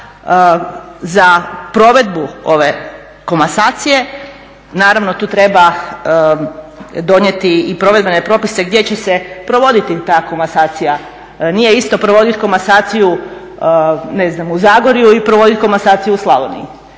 za provedbu ove komasacije, naravno tu treba donijeti i provedbene propise gdje će se provoditi ta komasacija, nije isto provoditi komasaciju ne znam u Zagorju i provoditi komasaciju i Slavoniji.